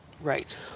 Right